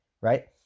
right